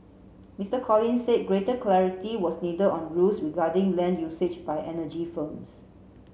Mister Collins said greater clarity was need on rules regarding land usage by energy firms